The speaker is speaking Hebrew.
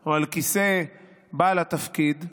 או על כיסא בעל התפקיד,